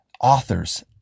authors